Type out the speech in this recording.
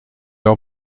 leur